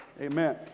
Amen